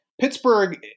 Pittsburgh